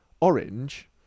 orange